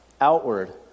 Outward